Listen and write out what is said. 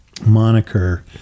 moniker